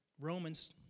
Romans